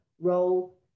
role